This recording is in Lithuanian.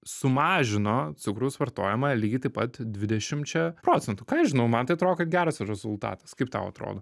sumažino cukraus vartojimą lygiai taip pat dvidešimčia procentų ką aš žinau man tai atrodo kad geras rezultatas kaip tau atrodo